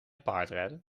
paardrijden